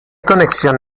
conexión